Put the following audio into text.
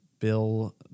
Bill